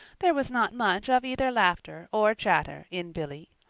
there was not much of either laughter or chatter in billy.